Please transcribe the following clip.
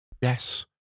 yes